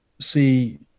see